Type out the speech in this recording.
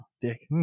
Dick